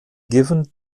given